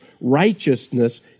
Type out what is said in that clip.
righteousness